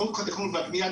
חוק התכנון והבנייה,